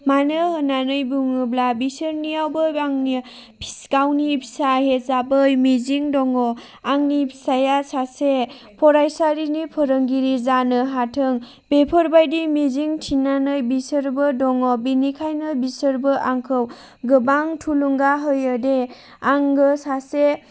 मानो होननानै बुङोब्ला बिसोरनियावबो आंनि गावनि फिसा हिसाबै मिजिं दङ आंनि फिसाया सासे फरायसालिनि फोरोंगिरि जानो हाथों बेफोरबायदि मिजिं थिनानै बिसोरबो दङ बेनिखायनो बिसोरबो आंखौ गोबां थुलुंगा होयो दि आङो सासे